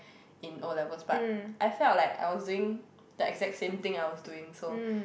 in O-levels but I felt like I was doing the exact same thing I was doing so